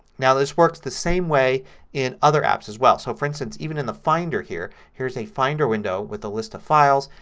now this works the same way in other apps as well. so for instance, even in the finder here, here's a finder window with a list of files.